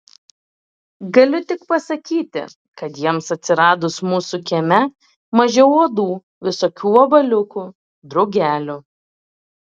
galiu tik pasakyti kad jiems atsiradus mūsų kieme mažiau uodų visokių vabaliukų drugelių